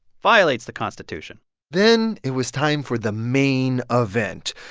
violates the constitution then it was time for the main ah event,